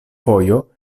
fojo